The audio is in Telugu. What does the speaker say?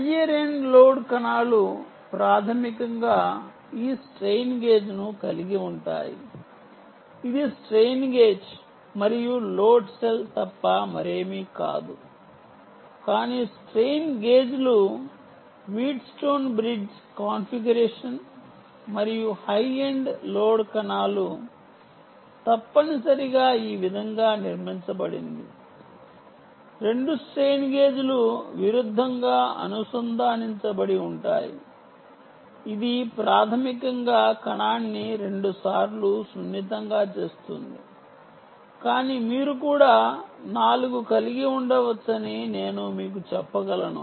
హయ్యర్ ఎండ్ లోడ్ కణాలు ప్రాథమికంగా ఈ స్ట్రెయిన్ గేజ్ను కలిగి ఉంటుంది ఇది స్ట్రెయిన్ గేజ్ మరియు లోడ్ సెల్ తప్ప మరేమీ కాదు కానీ స్ట్రెయిన్ గేజ్లు refer time 5008 Wheatstone bridge configuration మరియు హై ఎండ్ లోడ్ కణాలు తప్పనిసరిగా ఈ విధంగా నిర్మించబడింది రెండు స్ట్రెయిన్ గేజ్లు విరుద్ధంగా అనుసంధానించబడి ఉంటాయి ఇది ప్రాథమికంగా కణాన్ని రెండుసార్లు సున్నితంగా చేస్తుంది కానీ మీరు కూడా 4 కలిగి ఉండవచ్చని నేను మీకు చెప్పగలను